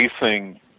facing